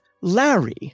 Larry